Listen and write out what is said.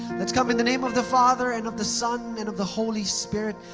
let's come. in the name of the father, and of the son, and of the holy spirit.